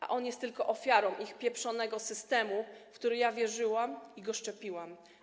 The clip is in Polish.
A on jest tylko ofiarą ich pieprzonego systemu, w który ja wierzyłam, i go szczepiłam.